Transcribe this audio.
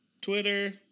Twitter